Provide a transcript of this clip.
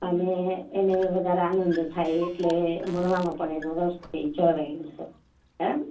અને એને વધારે આનંદ થાય એટલે ભણવામાં પણ રસ થાય એમ હ